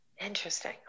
Interesting